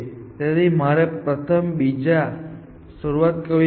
તેથી મારે પ્રથમ બીજાથી શરૂઆત કરવી પડશે